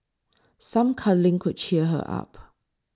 some cuddling could cheer her up